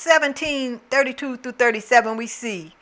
seventeen thirty two thirty seven we see